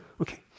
Okay